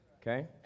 Okay